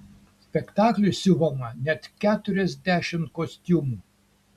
spektakliui siuvama net keturiasdešimt kostiumų